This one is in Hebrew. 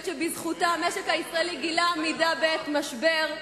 שבזכותה המשק הישראלי הפגין עמידה בעת משבר,